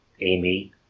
Amy